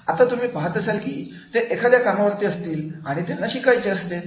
आता तुम्ही पहात असाल की ते एखाद्या कामावर असतील आणि त्यांना शिकायचे असते